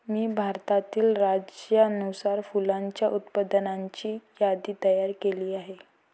मी भारतातील राज्यानुसार फुलांच्या उत्पादनाची यादी तयार केली आहे